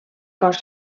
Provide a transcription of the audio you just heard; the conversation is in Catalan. cos